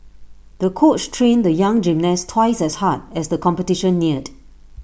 the coach trained the young gymnast twice as hard as the competition neared